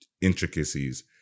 intricacies